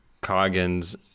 Coggins